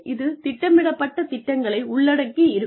இது திட்டமிடப்பட்ட திட்டங்களை உள்ளடக்கி இருக்கும்